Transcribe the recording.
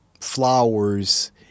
flowers